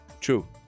True